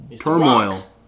turmoil